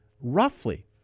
roughly